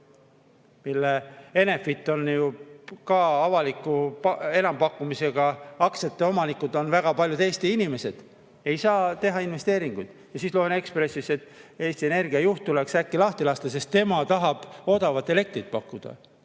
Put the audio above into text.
Enefiti avaliku enampakkumisega aktsiate omanikud on ju ka väga paljud Eesti inimesed, ei saa teha investeeringuid. Ja siis loen Ekspressist, et Eesti Energia juht tuleks äkki lahti lasta, sest tema tahab odavat elektrit pakkuda.